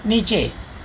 નીચે